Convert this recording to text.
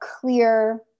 clear